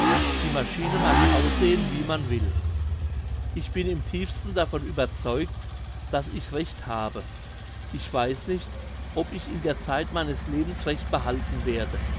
die maschine mag aussehen wie man will ich bin im tiefsten davon überzeugt dass ich recht habe ich weiss nicht ob ich in der zeit meines lebens recht behalten werde